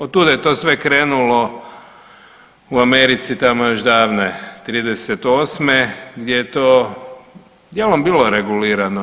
Od tuda je to sve krenulo u Americi tamo još davne '38. gdje je to dijelom bilo regulirano.